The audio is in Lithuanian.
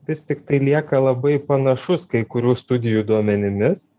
vis tiktai lieka labai panašus kai kurių studijų duomenimis